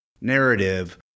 narrative